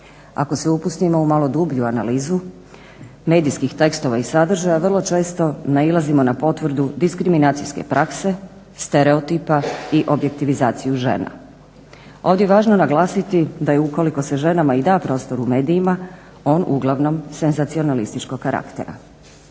Ako se upustimo u malo dublju analizu medijskih tekstova i sadržaja, vrlo često nailazimo na potvrdu diskriminacijske prakse, stereotipa i objektivizaciju žena. Ovdje je važno naglasiti da je ukoliko se ženama i da prostor u medijima on uglavnom senzacionalističkog karaktera.